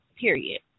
period